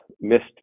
missed